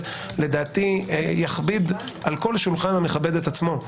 לדעתי יכביד על כל שולחן המכבד את עצמו,